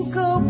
go